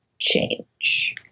change